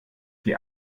die